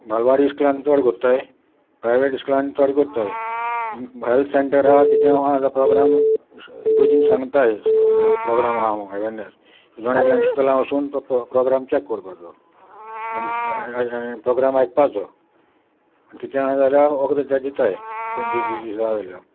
बालवाडी इस्कुलान चड करत्ताय प्रायवेट इस्कुलान थोडे करत्ताय हेल्थ सेंटर आसा कितें आसा प्रोग्राम इगोरजीन सांगताय प्रोग्राम आसा अवेरनेस जोण एकल्यान इस्कलान वसून तो प्रोग्राम चॅक करपाचो आनी प्रोग्राम आयकपाचो आनी कितें आ जाल्यार वखदोद दिताय डिजीस आसा जाल्यार